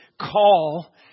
call